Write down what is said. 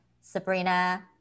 Sabrina